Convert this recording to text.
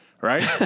right